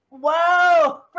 Whoa